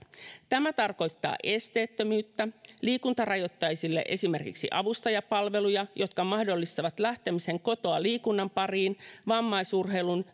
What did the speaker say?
tämä tarkoittaa esteettömyyttä liikuntarajoitteisille esimerkiksi avustajapalveluja jotka mahdollistavat lähtemisen kotoa liikunnan pariin vammaisurheilun